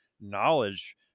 knowledge